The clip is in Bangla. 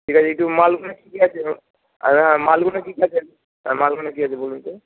ঠিক আছে একটু মালগুলো কী কী আছে ও আর হ্যাঁ মালগুলো কী কী আছে আর মালগুলো কী আছে বলুন তো